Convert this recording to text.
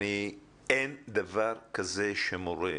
אין דבר כזה שמורה,